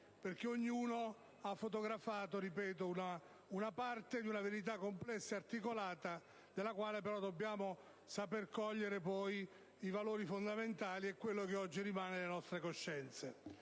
perché ognuno ha fotografato una parte di una verità complessa e articolata della quale, però, dobbiamo saper cogliere i valori fondamentali e ciò che oggi rimane nelle nostre coscienze.